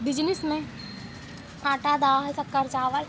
business में आटा दाल शक्कर चावल